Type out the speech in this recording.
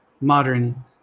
modern